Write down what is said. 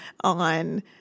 on